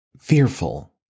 Fearful